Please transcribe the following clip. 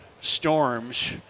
storms